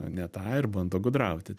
ne tą ir bando gudrauti